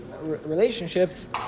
relationships